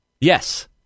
Yes